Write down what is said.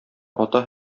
ата